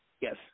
yes